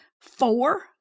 four